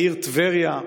העיר טבריה,